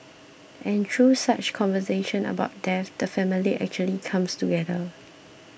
and through such conversations about death the family actually comes together